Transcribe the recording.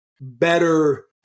better